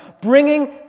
bringing